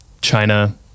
china